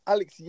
Alex